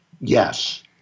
Yes